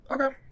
Okay